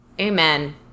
Amen